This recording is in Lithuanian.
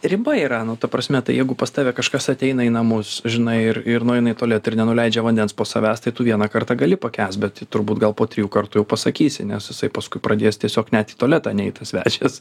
riba yra nu ta prasme tai jeigu pas tave kažkas ateina į namus žinai ir ir nueina į tualetą ir nenuleidžia vandens po savęs tai tu vieną kartą gali pakęst bet turbūt gal po trijų kartųjau pasakysi nes jisai paskui pradės tiesiog net į tualetą neit tas svečias